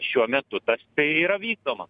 šiuo metu tas tai yra vykdoma